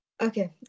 okay